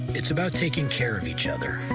it's about taking care of each other.